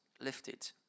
lifted